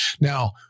Now